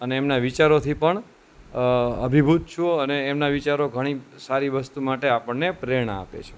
અને એમના વિચારોથી પણ અભિભૂત છું અને એમના વિચારો ઘણી સારી વસ્તુ માટે આપણને પ્રેરણા આપે છે